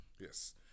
Yes